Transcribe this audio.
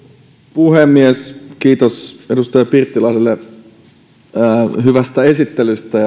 puhemies kiitos edustaja pirttilahdelle hyvästä esittelystä